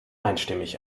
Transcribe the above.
einstimmig